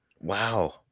Wow